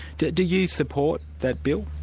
do you support that bill?